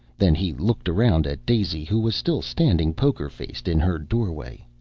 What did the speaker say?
then he looked around at daisy, who was still standing poker-faced in her doorway.